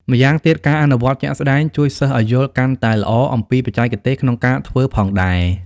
ម្យ៉ាងទៀតការអនុវត្តជាក់ស្តែងជួយសិស្សឲ្យយល់កាន់តែល្អអំពីបច្ចេកទេសក្នុងការធ្វើផងដែរ។